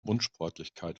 unsportlichkeit